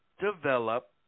develop